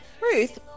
ruth